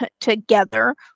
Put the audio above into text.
together